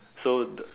so the